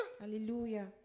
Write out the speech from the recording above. Hallelujah